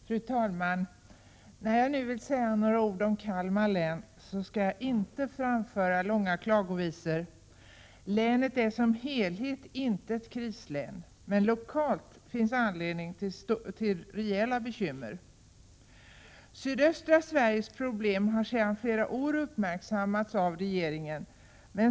Fru talman! När jag nu vill säga några ord om Kalmar län skall jag inte framföra långa klagovisor. Länet är som helhet inte ett krislän, men lokalt finns det anledning till rejäla bekymmer. Sydöstra Sveriges problem har sedan flera år uppmärksammats av regeringen.